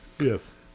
Yes